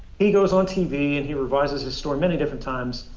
he goes on tv and he revises his story many different times,